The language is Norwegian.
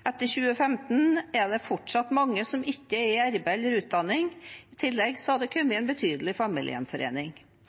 Etter 2015 er det fortsatt mange som ikke er i arbeid eller utdanning, og i tillegg har det kommet et betydelig antall på familiegjenforening.